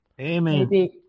Amen